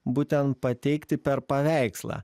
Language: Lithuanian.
būtent pateikti per paveikslą